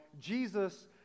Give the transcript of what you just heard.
Jesus